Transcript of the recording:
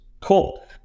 Cool